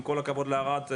עם כל הכבוד לערד,